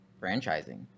franchising